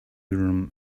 urim